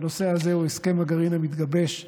והנושא הזה הוא הסכם הגרעין המתגבש בווינה.